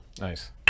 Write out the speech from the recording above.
Nice